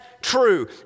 true